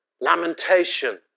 lamentation